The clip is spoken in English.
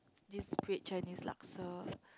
this great Chinese laksa